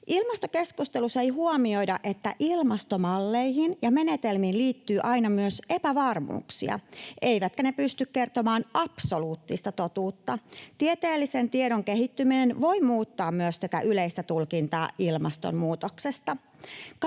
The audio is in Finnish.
Ilmastokeskustelussa ei huomioida, että ilmastomalleihin ja -menetelmiin liittyy aina myös epävarmuuksia eivätkä ne pysty kertomaan absoluuttista totuutta. Tieteellisen tiedon kehittyminen voi muuttaa myös tätä yleistä tulkintaa ilmastonmuutoksesta.